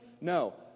No